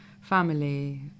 family